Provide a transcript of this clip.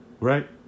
right